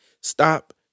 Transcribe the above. stop